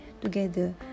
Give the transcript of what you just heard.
together